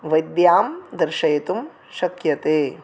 वैद्यां दर्शयितुं शक्यते